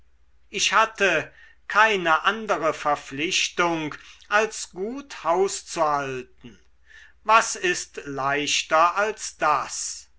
ich hatte keine andere verpflichtung als gut hauszuhalten was ist leichter als das